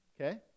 Okay